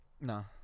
No